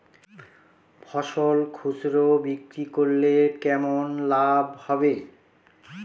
ফসল খুচরো বিক্রি করলে কেমন লাভ হবে?